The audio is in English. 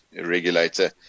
regulator